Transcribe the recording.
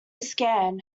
scan